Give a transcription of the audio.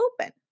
open